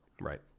Right